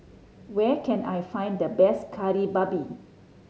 where can I find the best Kari Babi